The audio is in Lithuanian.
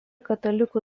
katalikų